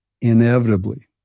Inevitably